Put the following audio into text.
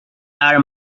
are